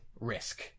risk